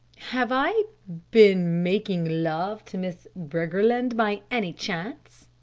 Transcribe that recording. have i been making love to miss briggerland by any chance?